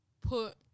put